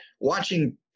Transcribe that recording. watching